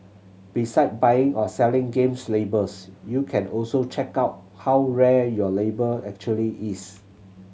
beside buying or selling games labels you can also check out how rare your label actually is